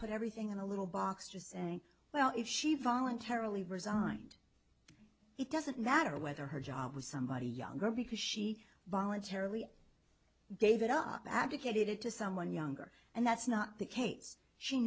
put everything in a little box just saying well if she voluntarily resigned it doesn't matter whether her job was somebody younger because she voluntarily gave it up abdicated to someone younger and that's not the case she